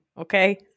okay